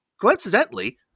Coincidentally